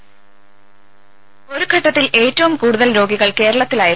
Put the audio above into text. voice ഒരു ഒരു ഘട്ടത്തിൽ ഏറ്റവും കൂടുതൽ രോഗികൾ കേരളത്തിലായിരുന്നു